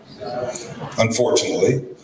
Unfortunately